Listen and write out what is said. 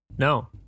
No